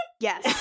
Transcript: Yes